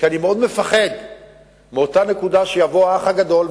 כי אני מאוד מפחד מאותה נקודה שיבוא האח הגדול,